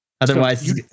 Otherwise